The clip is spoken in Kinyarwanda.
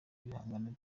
ibihangano